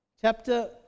Chapter